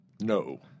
No